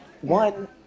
one